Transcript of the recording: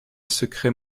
secret